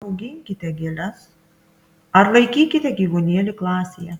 auginkite gėles ar laikykite gyvūnėlį klasėje